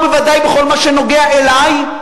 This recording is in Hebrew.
ובוודאי בכל מה שנוגע אלי,